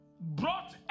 brought